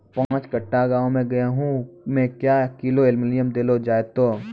पाँच कट्ठा गांव मे गेहूँ मे क्या किलो एल्मुनियम देले जाय तो?